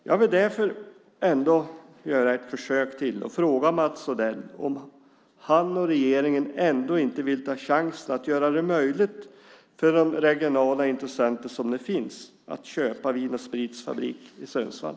Jag vill därför göra ett försök till och fråga Mats Odell om han och regeringen ändå inte vill ta chansen att göra det möjligt för de regionala intressenter som nu finns att köpa Vin & Sprits fabrik i Sundsvall.